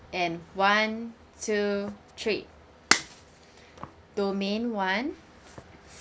and one two three domain one